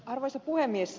arvoisa puhemies